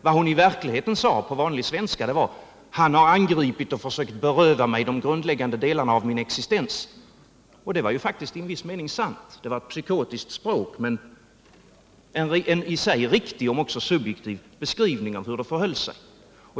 Vad hon i verkligheten sade på vanlig svenska, det var: Han har angripit mig och försökt beröva mig de grundläggande delarna av min existens. Och det var ju faktiskt i viss mening sant. Hon använde ett psykotiskt språk, men det var i sig en riktig, om än subjektiv, beskrivning av hur det förhöll sig.